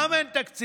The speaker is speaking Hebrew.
גם אין תקציב,